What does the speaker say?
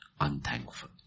unthankful